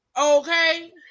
Okay